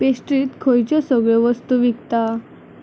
पेस्ट्रीत खंयच्यो सगळ्यो वस्तू विकता